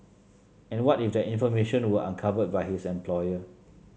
and what if that information were uncovered by his employer